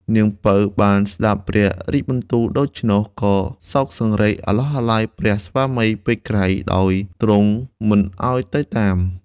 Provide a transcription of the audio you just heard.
នាង ពៅ បានស្តាប់ព្រះរាជបន្ទូលដូច្នោះ ក៏សោកសង្រេងអាឡោះអាល័យព្រះស្វាមីពេកក្រៃដោយទ្រង់មិនឲ្យទៅតាម។